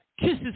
Kisses